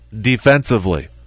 defensively